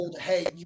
hey